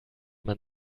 man